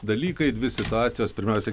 dalykai dvi situacijos pirmiausia